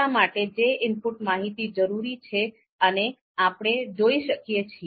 આપણા માટે જે ઇનપુટ માહિતી જરૂરી છે એ આપણે જોઈ શકીએ છીએ